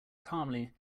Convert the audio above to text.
calmly